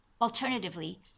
Alternatively